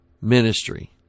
ministry